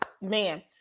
Man